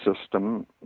system